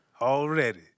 Already